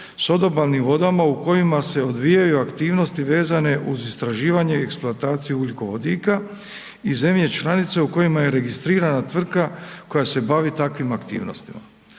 s odobalnim vodama u kojima se odvijaju aktivnosti vezane uz istraživanje i eksploataciju ugljikovodika i zemlje članice u kojima je registrirana tvrtka koja se bavi takvim aktivnostima.